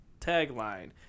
tagline